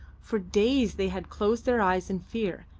for days they had closed their eyes in fear,